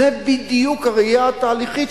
זה בדיוק הראייה התהליכית,